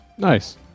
Nice